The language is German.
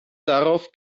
darauf